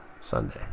Sunday